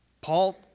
Paul